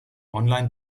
online